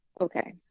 Okay